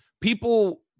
people